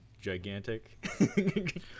gigantic